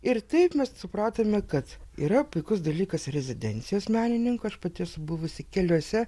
ir taip mes supratome kad yra puikus dalykas rezidencijos menininkų aš pati esu buvusi keliose